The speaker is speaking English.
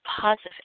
positive